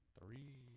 Three